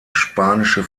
spanische